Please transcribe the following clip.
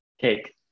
cake